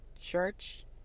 church